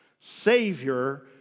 Savior